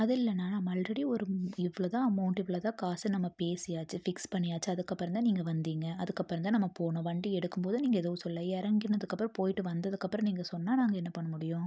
அது இல்லைண்ணா நம் ஆல்ரெடி ஒரு இவ்வளதான் அமௌண்டு இவ்வளதான் காசு நம்ம பேசியாச்சு ஃபிக்ஸ் பண்ணியாச்சு அதுக்கப்புறம்தான் நீங்கள் வந்தீங்க அதுக்கப்புறம்தான் நம்ம போனோம் வண்டி எடுக்கும்போது நீங்கள் எதுவும் சொல்லலை இறங்குனதுக்கு அப்புறம் போய்விட்டு வந்ததுக்கு அப்புறம் நீங்கள் சொன்னால் நாங்கள் என்ன பண்ண முடியும்